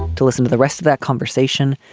to listen to the rest of that conversation.